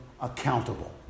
accountable